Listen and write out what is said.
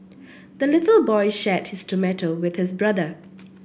the little boy shared his tomato with his brother